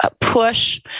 push